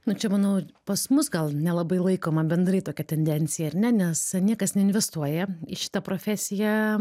nu čia manau pas mus gal nelabai laikoma bendrai tokia tendencija ar ne nes niekas neinvestuoja į šitą profesiją